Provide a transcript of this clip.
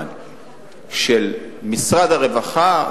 של משרד הרווחה,